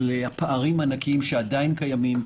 על הפערים הענקיים שעדיין קיימים,